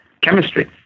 chemistry